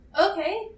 Okay